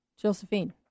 josephine